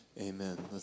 Amen